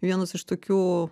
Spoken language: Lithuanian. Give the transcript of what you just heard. vienas iš tokių